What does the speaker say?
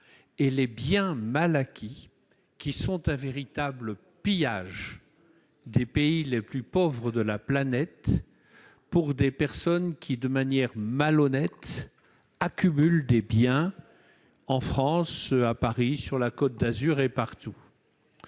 et les biens mal acquis, qui constituent un véritable pillage des pays les plus pauvres de la planète par des personnes malhonnêtes, qui accumulent des biens en France, à Paris, sur la Côte d'Azur et ailleurs.